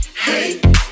hey